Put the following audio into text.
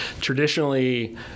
traditionally